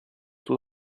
too